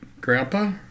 grandpa